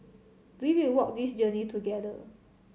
we will walk this journey together